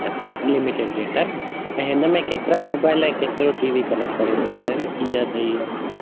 अच्छा unlimited data न ऐं हिनमें केतिरा मोबाइल ऐं केतिरो टी वी कनेक्ट करे सघंदासीं टीहनि ॾींहनि जो